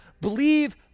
believe